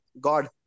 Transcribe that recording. God